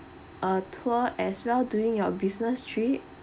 a tour as well during your business trip